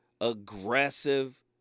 aggressive